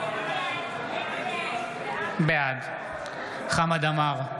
בעד חמד עמאר,